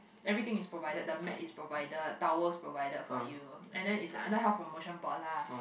everything is provided the mat is provided towel provided for you and then is like other health promotion board lah